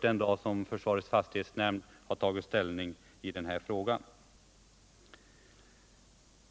den dag då försvarets fastighetsnämnd har tagit ställning.